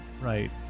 Right